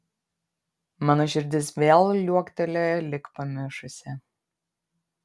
mano širdis vėl liuoktelėjo lyg pamišusi